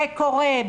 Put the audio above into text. בסוף זה קורה.